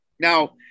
Now